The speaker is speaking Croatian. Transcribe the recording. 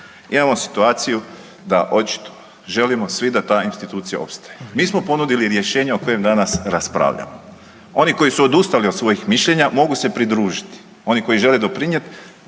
imamo situaciju da očito želimo svi da ta institucija opstaje. Mi smo ponudili rješenje o kojem danas raspravljamo. Oni koji su odustali od svojih mišljenja, mogu se pridružiti, oni koji žele doprinijeti,